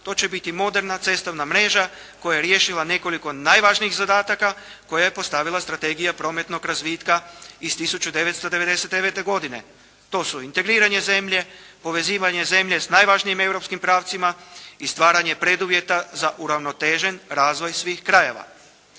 to će biti moderna cestovna mreža koja je riješila nekoliko najvažnijih zadataka koje je postavila strategija prometnog razvitka iz 1999. godine. To su integriranje zemlje, povezivanje zemlje s najvažnijim europskim pravcima i stvaranje preduvjeta za uravnotežen razvoj svih krajeva.